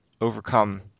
overcome